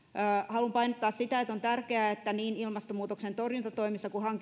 haluan painottaa sitä että on tärkeää että niin ilmastonmuutoksen torjuntatoimissa kuin